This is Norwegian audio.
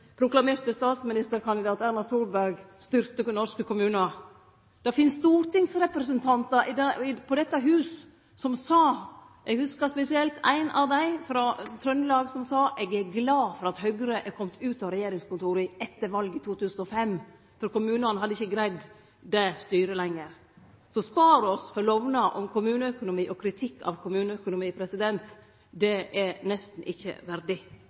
proklamerte statsministerkandidaten Erna Solberg styrte norske kommunar. Det finst stortingsrepresentantar i dette huset – eg hugsar spesielt ein frå Trøndelag – som sa at dei var glade for at Høgre kom ut av regjeringskontora etter valet i 2005, for kommunane hadde ikkje greidd det styret lenger. Så spar oss for lovnad om kommuneøkonomien og kritikk av kommuneøkonomien, det er nesten ikkje verdig